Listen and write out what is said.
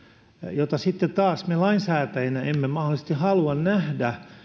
jota sitten taas me lainsäätäjinä emme mahdollisesti halua nähdä